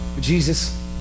Jesus